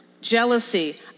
Jealousy